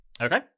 Okay